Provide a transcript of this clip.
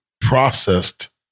processed